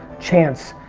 chance,